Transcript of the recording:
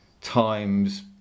times